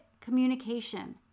communication